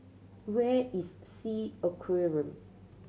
where is Sea Aquarium